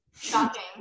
shocking